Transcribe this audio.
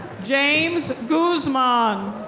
james guzman.